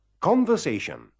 Conversation